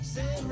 Say